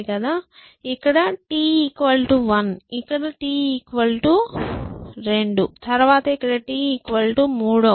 ఇక్కడ t 1 ఇక్కడ t 2 తర్వాత ఇక్కడ t 3 అవుతుంది